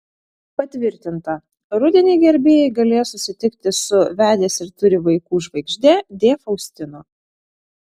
patvirtinta rudenį gerbėjai galės susitikti su vedęs ir turi vaikų žvaigžde d faustino